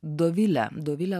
dovile dovile